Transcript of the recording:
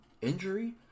injury